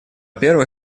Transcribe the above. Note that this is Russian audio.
первых